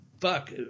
Fuck